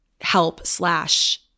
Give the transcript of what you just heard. help/slash